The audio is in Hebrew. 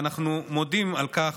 ואנחנו מודים על כך,